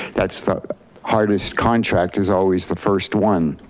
that's the hardest contract is always the first one.